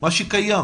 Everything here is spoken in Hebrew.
מה שקיים?